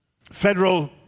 federal